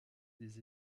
des